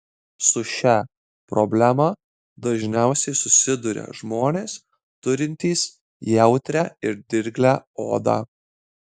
su šia problema dažniausiai susiduria žmonės turintys jautrią ir dirglią odą